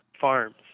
farms